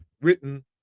written